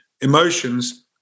emotions